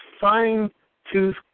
fine-tooth